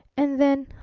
and then,